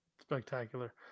Spectacular